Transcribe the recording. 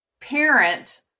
parent